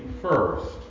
first